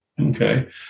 Okay